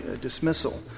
dismissal